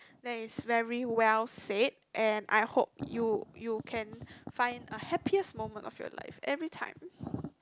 that is very well said and I hope you you can find a happiest moment of your life everytime